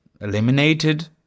eliminated